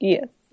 Yes